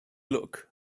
look